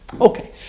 Okay